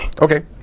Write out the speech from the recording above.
Okay